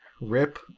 rip